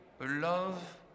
love